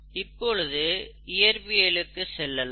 இப்பொழுது இயற்பியலுக்கு செல்லலாம்